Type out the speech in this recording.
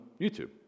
YouTube